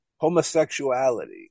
Homosexuality